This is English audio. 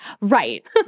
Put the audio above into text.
Right